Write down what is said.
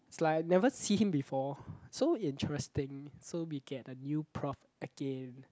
is like I never see him before so interesting so we get a new prof again